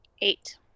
Eight